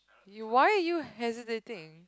you why are you hesitating